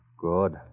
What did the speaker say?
Good